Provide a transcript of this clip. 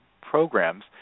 programs